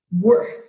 work